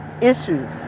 issues